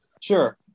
Sure